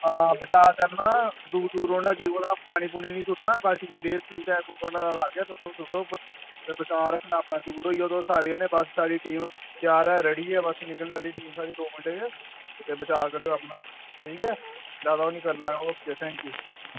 आं बटाव करना दूर दूर रौह्ना अग्गी कोला बी पानी निं सुट्टना बाकी रेत ऐ ओह् सुट्टो बस बचाव रक्खना अपना ते साढ़ी टीम त्यार ऐ रेड्डी ऐ निकलने आह्ली ऐ टीम साढ़ी ते बचाव करेओ अपना ठीक ऐ जादै ओह् निं करना ओके थैंक यू